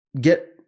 get